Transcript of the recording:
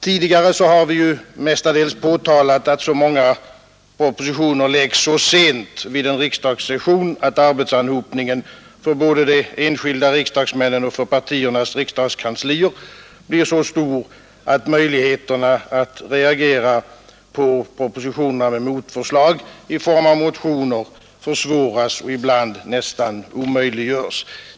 Tidigare har vi mestadels påtalat att så många propositioner läggs så sent under en riksdagssession att arbetsanhopningen både för de enskilda riksdagsmännen och för partiernas riksdagskanslier blir så stor att möjligheterna att reagera på propositionerna med motförslag i form av motioner försvåras och ibland nästan omöjliggörs.